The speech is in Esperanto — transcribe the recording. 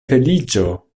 feliĉo